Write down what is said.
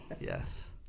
yes